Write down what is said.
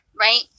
right